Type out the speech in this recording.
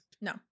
No